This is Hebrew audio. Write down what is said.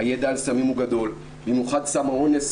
הידע על סמים הוא גדול, במיוחד סם האונס.